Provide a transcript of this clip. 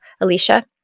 Alicia